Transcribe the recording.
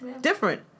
different